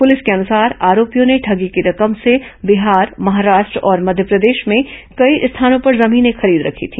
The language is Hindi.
पुलिस के अनुसार आरोपियों ने ठगी की रकम से बिहार महाराष्ट्र और मध्यप्रदेश में कई स्थानों पर जमीनें खरीद रखी हैं